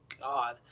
God